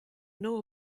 know